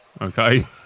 okay